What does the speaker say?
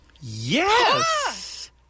Yes